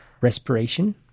respiration